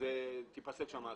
אז תיפסק שם ההעסקה.